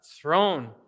Throne